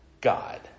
God